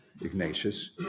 Ignatius